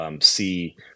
see